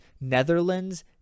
Netherlands